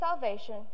salvation